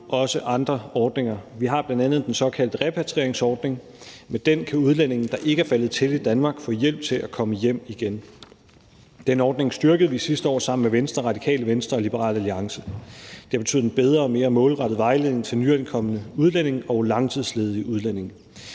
jo også andre ordninger. Vi har bl.a. den såkaldte repatrieringsordning. Med den kan udlændinge, der ikke er faldet til i Danmark, få hjælp til at komme hjem igen. Den ordning styrkede vi sidste år sammen med Venstre, Radikale Venstre og Liberal Alliance. Det har betydet en bedre og mere målrettet vejledning til nyankomne udlændinge og langtidsledige udlændinge.